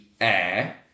Air